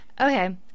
okay